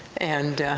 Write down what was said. and, ah,